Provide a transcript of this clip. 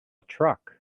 truck